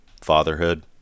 fatherhood